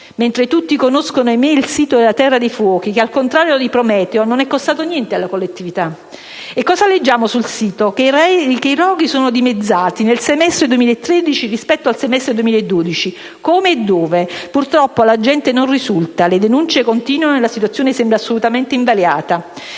mentre tutti conoscono, ahimè, il sito la «Terra dei Fuochi» che, al contrario di «Prometeo», non è costato niente alla collettività. Sul sito leggiamo che i roghi sono dimezzati nel semestre 2013 rispetto al semestre 2012, ma come e dove purtroppo alla gente non risulta, le denunce continuano e la situazione sembra assolutamente invariata.